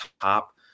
top